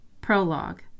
Prologue